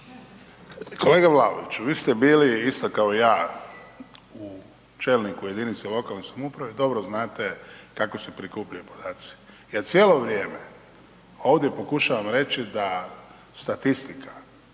Kolega Vlaoviću vi ste bili isto kao ja, čelnik u jedinici lokalne samouprave dobro znate kako se prikupljaju podaci. Ja cijelo vrijeme ovdje pokušavam reći da statistika,